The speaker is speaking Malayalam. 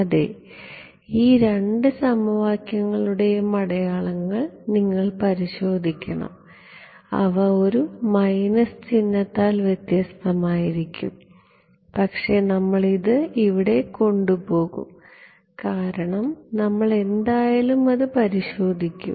അതെ ഈ രണ്ട് സമവാക്യങ്ങളുടെയും അടയാളങ്ങൾ നിങ്ങൾ പരിശോധിക്കണം അവ ഒരു മൈനസ് ചിഹ്നത്താൽ വ്യത്യസ്തമായിരിക്കാം പക്ഷേ നമ്മൾ ഇത് ഇവിടെ കൊണ്ടുപോകും കാരണം നമ്മൾ എന്തായാലും അത് പരിശോധിക്കും